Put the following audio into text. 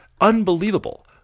unbelievable